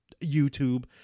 YouTube